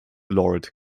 lord